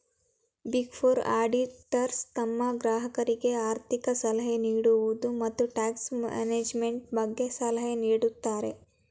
big four auditors ತಮ್ಮ ಗ್ರಾಹಕರಿಗೆ ಆರ್ಥಿಕ ಸಲಹೆ ನೀಡುವುದು, ಮತ್ತು ಟ್ಯಾಕ್ಸ್ ಮ್ಯಾನೇಜ್ಮೆಂಟ್ ಬಗ್ಗೆ ಸಲಹೆ ನೀಡುತ್ತಾರೆ